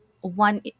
one